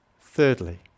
Thirdly